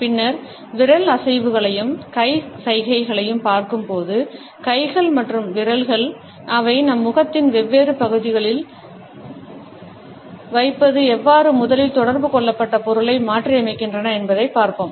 பின்னர் விரல் அசைவுகளையும் கை சைகைகளையும் பார்க்கும்போது கைகள் மற்றும் விரல்கள் முகத்தின் வெவ்வேறு பகுதிகளில் வைப்பது எவ்வாறு முதலில் தொடர்பு கொள்ளப்பட்ட பொருளை மாற்றியமைக்கின்றன என்பதைப் பார்ப்போம்